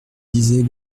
disait